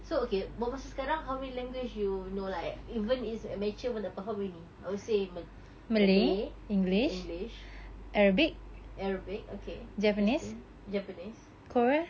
so okay buat masa sekarang how many language you know like even it's amateur pun tak faham how many I will say malay english arabic okay interesting japanese